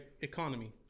economy